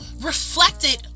reflected